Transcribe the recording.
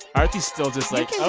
aarti's still just like. yeah